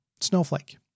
Snowflake